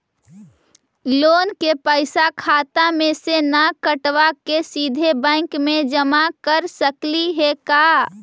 Loan के पैसा खाता मे से न कटवा के सिधे बैंक में जमा कर सकली हे का?